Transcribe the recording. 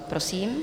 Prosím.